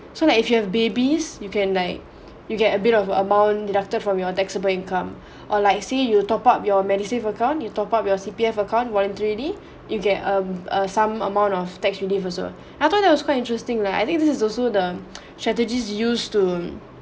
so like if you have babies you can like you get a bit of amount deducted from your taxable income or like say you top up your MediSave account you top up your C_P_F account voluntary you get um err some amount of tax relief also I thought that was quite interesting lah I think this is also the strategies used to